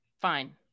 fine